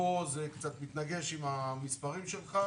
וזה קצת מתנגש עם המספרים שלך,